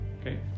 Okay